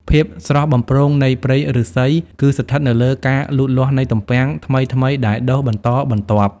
ភាពស្រស់បំព្រងនៃព្រៃឫស្សី គឺស្ថិតនៅលើការលូតលាស់នៃទំពាំងថ្មីៗដែលដុះបន្តបន្ទាប់។